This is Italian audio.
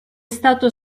stato